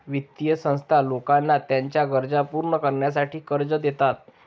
वित्तीय संस्था लोकांना त्यांच्या गरजा पूर्ण करण्यासाठी कर्ज देतात